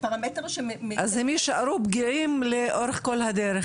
אז הם יישארו פגיעים לאורך כל הדרך,